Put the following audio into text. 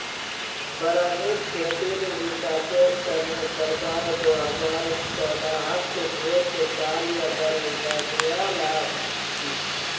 बारानीत खेतीर विकासेर तने सरकार दो हजार चौदहत एक कार्य दल बनैय्यालकी